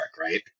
Right